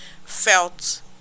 felt